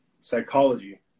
psychology